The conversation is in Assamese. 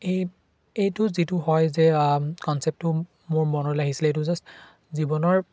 এই এইটো যিটো হয় যে কনচেপ্টটো মোৰ মনলৈ আহিছিলে এইটো জাষ্ট জীৱনৰ